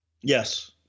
Yes